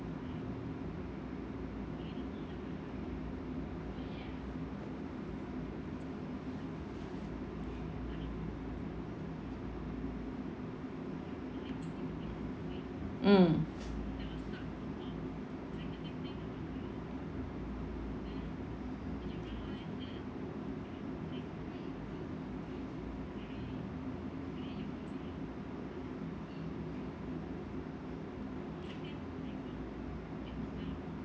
mm